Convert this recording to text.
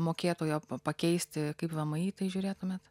mokėtojo pakeisti kaip vmi į tai žiūrėtumėt